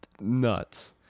nuts